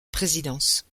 présidence